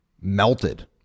melted